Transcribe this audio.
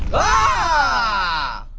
ahh!